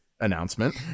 announcement